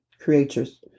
creatures